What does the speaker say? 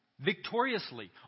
victoriously